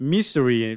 Mystery